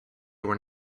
were